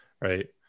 right